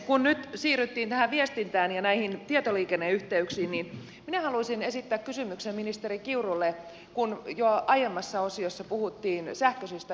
kun nyt siirryttiin viestintään ja tietoliikenneyhteyksiin niin minä haluaisin esittää kysymyksen ministeri kiurulle kun jo aiemmassa osiossa puhuttiin sähköisistä ylioppilaskirjoituksista